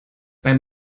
beim